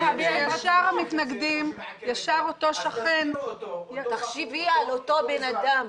ישר אותו שכן --- תחשבי על אותו אדם.